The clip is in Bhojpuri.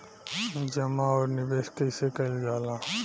जमा और निवेश कइसे कइल जाला?